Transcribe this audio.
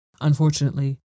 Unfortunately